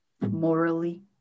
morally